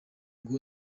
ngo